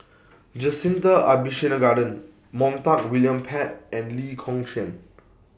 Jacintha Abisheganaden Montague William Pett and Lee Kong Chian